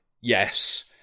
yes